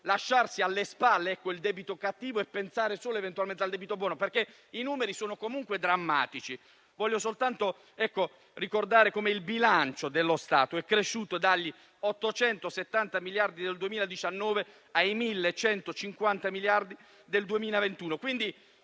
adesso alle spalle il debito cattivo, e pensare solo eventualmente a quello buono, perché i numeri sono comunque drammatici. Voglio soltanto ricordare come il bilancio dello Stato sia cresciuto dagli 870 miliardi del 2019 ai 1.150 del 2021.